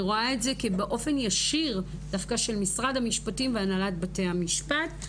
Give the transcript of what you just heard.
אני רואה את זה באופן ישיר דווקא של משרד המשפטים והנהלת בתי המשפט.